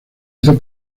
hizo